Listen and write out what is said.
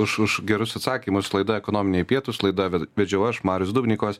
už už gerus atsakymus laida ekonominiai pietūs laidą vedžiau aš marius dubnikovas